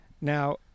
Now